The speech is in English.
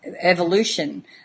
evolution